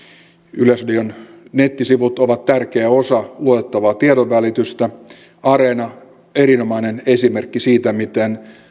yleisradion nettisivut ovat tärkeä osa luotettavaa tiedonvälitystä areena on erinomainen esimerkki siitä miten